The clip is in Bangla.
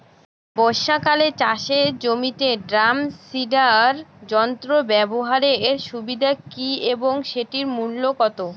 বর্ষাকালে চাষের জমিতে ড্রাম সিডার যন্ত্র ব্যবহারের সুবিধা কী এবং সেটির মূল্য কত?